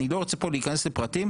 אני לא רוצה להיכנס לפרטים,